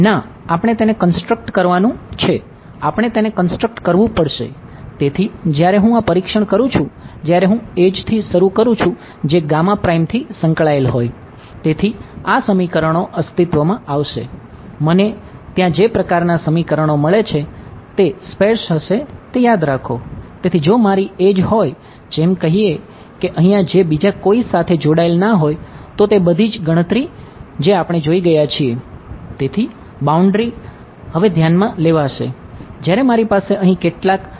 ના આપણે તેને કન્સ્ટ્રક્ટ થી શરૂ કરું છુ જે થી સંકળાયેલ હોય